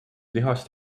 lihast